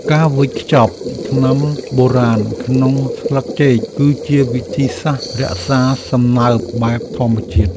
ការវេចខ្ចប់ថ្នាំបុរាណក្នុងស្លឹកចេក គឺជាវិធីសាស្ត្ររក្សាសំណើមបែបធម្មជាតិ។